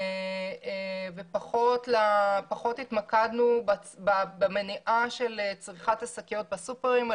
פחות התמקדנו במניעה של צריכת השקיות בסופרים.